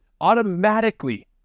automatically